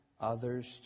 others